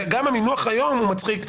וגם המינוח היום הוא מצחיק,